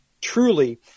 truly